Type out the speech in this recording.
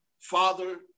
father